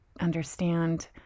understand